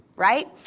right